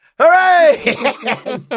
Hooray